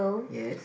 yes